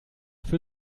für